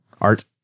Art